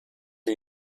ihr